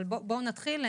בואו נתחיל.